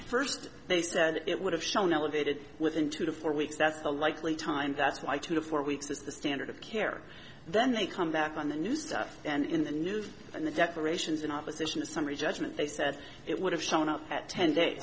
first they said it would have shown elevated within two to four weeks that's a likely time that's why two to four weeks is the standard of care then they come back on the new stuff and in the new and the declarations in opposition to summary judgment they said it would have shown up at ten day